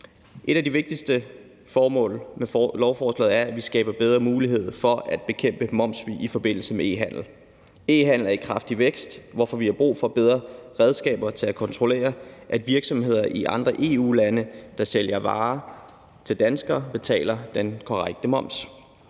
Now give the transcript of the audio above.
Et af de vigtigste formål med lovforslaget er, at vi skaber bedre mulighed for at bekæmpe momssvig i forbindelse med e-handel. E-handel er i kraftig vækst, hvorfor vi har brug for bedre redskaber til at kontrollere, at virksomheder i andre EU-lande, der sælger varer til danskere, betaler den korrekte moms.